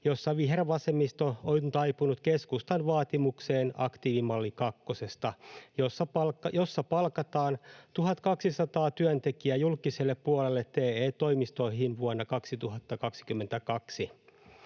jossa vihervasemmisto on taipunut keskustan vaatimukseen aktiivimalli kakkosesta, jossa palkataan 1 200 työntekijää julkiselle puolelle TE-toimistoihin vuonna 2020.